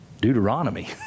Deuteronomy